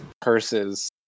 purses